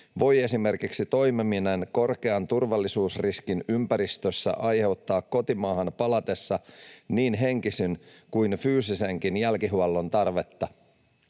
voi esimerkiksi toimiminen korkean turvallisuusriskin ympäristössä aiheuttaa kotimaahan palatessa niin henkisen kuin fyysisenkin jälkihuollon tarvetta.